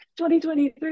2023